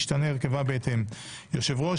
ישתנה הרכבה בהתאם: יושב ראש,